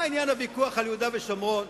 מה עניין הוויכוח על יהודה ושומרון?